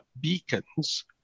beacons